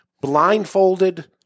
Blindfolded